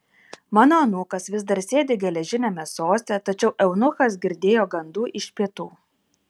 mano anūkas vis dar sėdi geležiniame soste tačiau eunuchas girdėjo gandų iš pietų